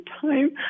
time